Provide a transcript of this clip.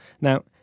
Now